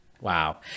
Wow